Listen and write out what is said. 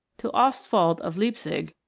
to ostwald, of leipzig,